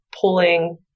pulling